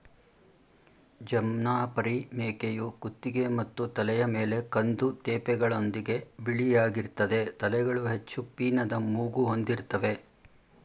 ಜಮ್ನಾಪರಿ ಮೇಕೆಯು ಕುತ್ತಿಗೆ ಮತ್ತು ತಲೆಯ ಮೇಲೆ ಕಂದು ತೇಪೆಗಳೊಂದಿಗೆ ಬಿಳಿಯಾಗಿರ್ತದೆ ತಲೆಗಳು ಹೆಚ್ಚು ಪೀನದ ಮೂಗು ಹೊಂದಿರ್ತವೆ